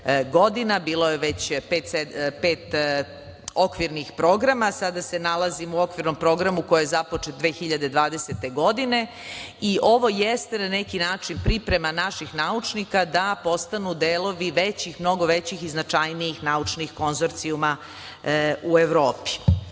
je već pet okvirnih programa, a sada se nalazimo u okvirnom programu koji je započet 2020. godine. Ovo jeste na neki način priprema naših naučnika da postanu delovi većih mnogo većih i značajnijih konzorcijuma u Evropi. Samo